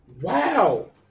wow